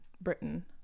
britain